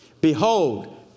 Behold